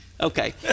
Okay